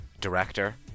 director